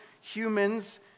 humans